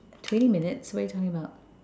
twenty minutes what are you talking about